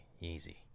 easy